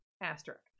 Asterisk